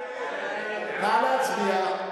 נא להצביע.